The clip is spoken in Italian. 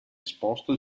esposto